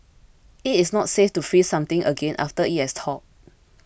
it is not safe to freeze something again after it has thawed